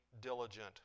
diligent